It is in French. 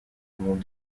vont